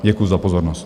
Děkuju za pozornost.